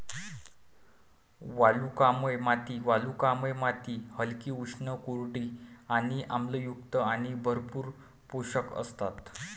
वालुकामय माती वालुकामय माती हलकी, उष्ण, कोरडी आणि आम्लयुक्त आणि भरपूर पोषक असतात